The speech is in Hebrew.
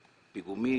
מטר פיגומים.